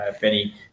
Benny